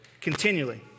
continually